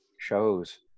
shows